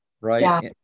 right